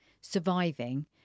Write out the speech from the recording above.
surviving